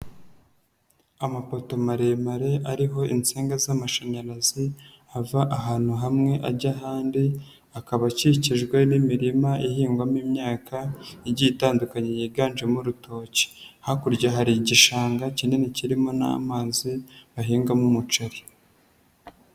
Amapoto maremare ariho insinga z'amashanyarazi ava ahantu hamwe ajya ahandi, akaba akikijwe n'imirima ihingwamo imyaka igiye itandukanye yiganjemo urutoki, hakurya hari igishanga kinini kirimo n'amazi bahingamo umuceri.